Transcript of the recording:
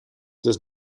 does